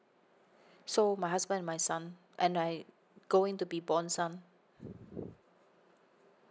so my husband and my son and I going to be born son